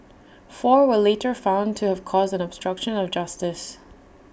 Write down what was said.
four were later found to have caused an obstruction of justice